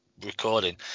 recording